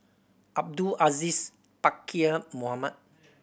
Abdul Aziz Pakkeer Mohamed